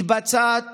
מתבצעת